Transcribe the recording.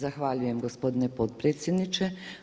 Zahvaljujem gospodine potpredsjedniče.